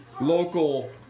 local